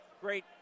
Great